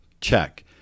Check